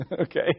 Okay